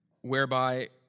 whereby